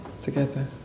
together